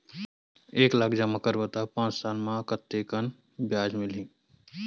एक लाख जमा करबो त पांच साल म कतेकन ब्याज मिलही?